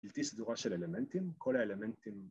‫אלתי סדורה של אלמנטים, ‫כל האלמנטים...